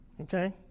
Okay